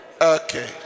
okay